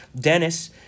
Dennis